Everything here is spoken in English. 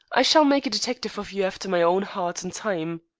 i shall make a detective of you after my own heart in time.